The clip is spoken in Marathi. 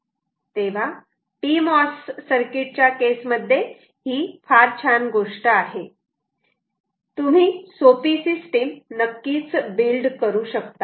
तेव्हा pmos सर्किट च्या केस मध्ये ही फार छान गोष्ट आहे तुम्ही सोपी सिस्टीम नक्कीच बिल्ड करू शकतात